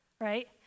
right